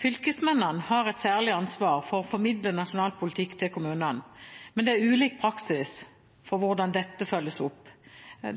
Fylkesmennene har et særlig ansvar for å formidle nasjonal politikk til kommunene, men det er ulik praksis for hvordan dette følges opp.